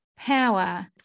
power